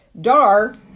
Dar